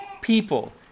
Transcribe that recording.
people